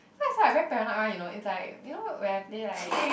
mine is like very paranoid one you know it's like you know when I play like